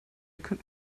könnt